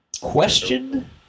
Question